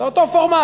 זה אותו פורמט.